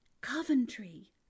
Coventry